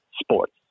sports